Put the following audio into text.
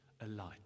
alight